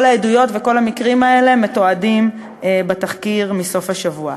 כל העדויות וכל המקרים האלה מתועדים בתחקיר מסוף השבוע.